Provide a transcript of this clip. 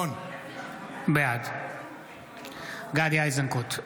בעד גדי איזנקוט,